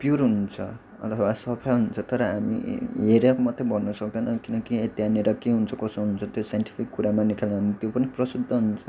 pure हुन्छ अथवा सफा हुन्छ तर हामी हेरेर मात्रै भन्नु सक्दैन किनकि त्यहाँनिर के हुन्छ कसो हुन्छ त्यो साइन्टिफिक कुरामा निकाल्दा त्यो पनि प्रशुद्ध हुन्छ